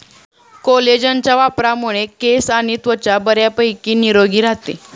कोलेजनच्या वापरामुळे केस आणि त्वचा बऱ्यापैकी निरोगी राहते